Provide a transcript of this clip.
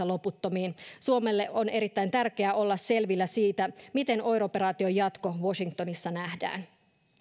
loputtomiin suomelle on erittäin tärkeää olla selvillä siitä miten oir operaation jatko washingtonissa nähdään